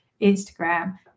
Instagram